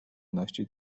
ności